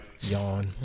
Yawn